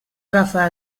agafar